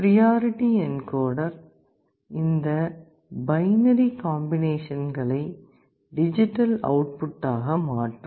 priority encoder இந்த binary காம்பினேசன்களை digital output ஆக மாற்றும்